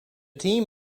team